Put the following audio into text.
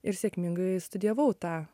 ir sėkmingai studijavau tą